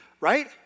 right